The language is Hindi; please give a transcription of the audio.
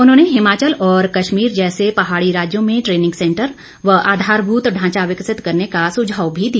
उन्होंने हिमाचल और कश्मीर जैसे पहाड़ी राज्यों में देनिंग सेंटर व आधारभूत ढांचा विकसित करने का सुझाव भी दिया